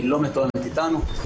היא לא מתואמת אתנו,